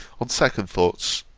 on second thoughts,